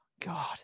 God